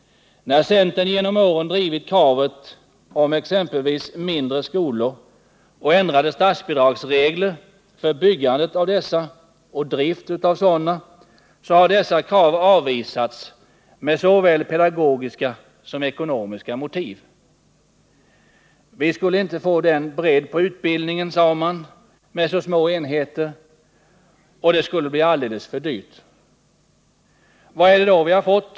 När centern genom åren drivit exempelvis kraven på mindre skolor och ändrade statsbidragsregler för byggande och drift av sådana, har dessa krav avvisats med såväl pedagogiska som ekonomiska motiv. Vi skulle inte få tillräcklig bredd på utbildningen med så små enheter, sade man, och det skulle bli alldeles för dyrt. Vad är det då vi har fått?